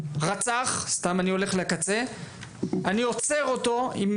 רצח - סתם אני הולך לקצה - אני עוצר אותו והוא